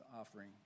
offering